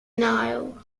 nile